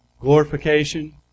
Glorification